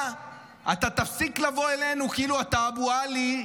אתה תפסיק לבוא אלינו כאילו אתה אבו עלי,